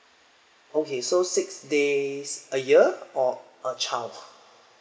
okay so six days a year or a child